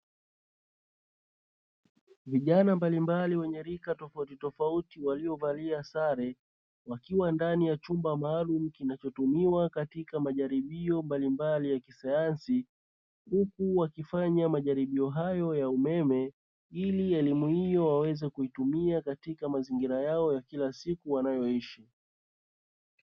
Vijana mbalimbali wenye rika tofautitofauti waliovalia sare wakiwa ndani ya chumba maalumu kinachotumiwa katika majaribio mbalimbali ya kisayansi, huku wakifanya majaribio hayo ya umeme ili elimu hiyo waweze kutumia katika mazingira yao wanayoishi kila siku.